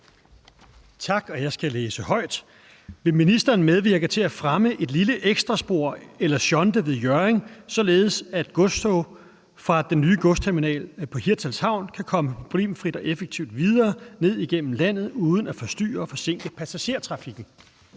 Tak. Jeg skal læse højt: Vil ministeren medvirke til at fremme et lille ekstraspor eller shunte ved Hjørring, således at godstog fra den nye godstogsterminal på Hirtshals Havn kan komme problemfrit og effektivt videre ned igennem landet uden at forstyrre og forsinke passagertrafikken?